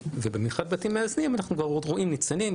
ובמיוחד בבתים מאזנים אנחנו גם רואים ניצנים.